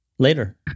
Later